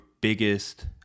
biggest